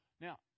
Now